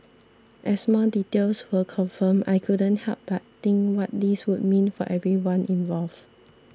as more details were confirmed I couldn't help but think what this would mean for everyone involved